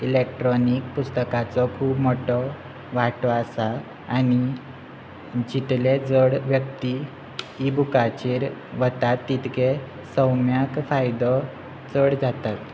electronic पुस्तकाचो खूब मोटो वांटो आसा आनी जितले जड व्यक्ती इबुकाचेर वतात तितके सौम्याक फायदो चड जातात